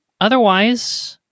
Otherwise